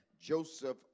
Joseph